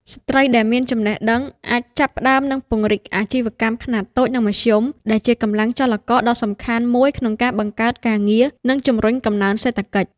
ស្ត្រីដែលមានចំណេះដឹងអាចចាប់ផ្តើមនិងពង្រីកអាជីវកម្មខ្នាតតូចនិងមធ្យម ដែលជាកម្លាំងចលករដ៏សំខាន់មួយក្នុងការបង្កើតការងារ និងជំរុញកំណើនសេដ្ឋកិច្ច។